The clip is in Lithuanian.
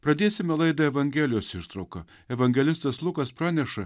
pradėsime laidą evangelijos ištrauka evangelistas lukas praneša